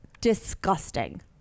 disgusting